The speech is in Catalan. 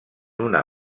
una